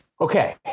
Okay